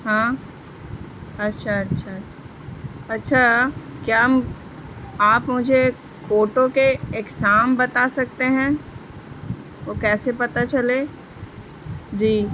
ہاں اچھا اچھا اچھا اچھا کیا آپ مجھے کوٹوں کے اقسام بتا سکتے ہیں وہ کیسے پتا چلے جی